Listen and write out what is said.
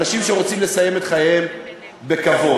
אנשים שרוצים לסיים את חייהם בכבוד?